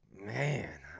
man